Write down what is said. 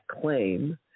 claim